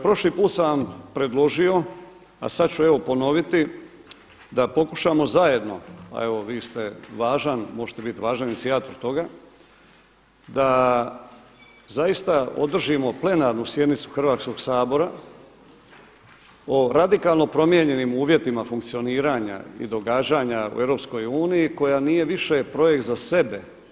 Prošli put sam vam predložio, a sada ću evo ponoviti da pokušamo zajedno, a evo vi ste važan, možete biti važan inicijator toga da zaista održimo plenarnu sjednicu Hrvatskoga sabora o radikalno promijenjenim uvjetima funkcioniranja i događanja u Europskoj uniji koja nije više projekt za sebe.